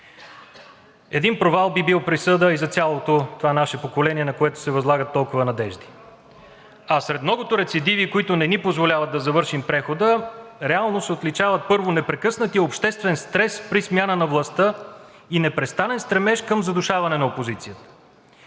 Един провал би бил присъда и за цялото това наше поколение, на което се възлагат толкова надежди. А сред многото рецидиви, които не ни позволяват да завършим прехода, реално се отличават: Първо, непрекъснатият обществен стрес при смяна на властта и непрестанен стремеж към задушаване на опозицията.